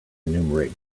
enumerate